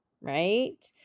right